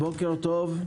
בוקר טוב.